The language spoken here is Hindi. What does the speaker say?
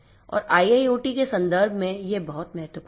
और IIoT के संदर्भ में यह बहुत महत्वपूर्ण है